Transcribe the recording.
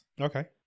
Okay